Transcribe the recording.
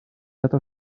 other